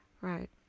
right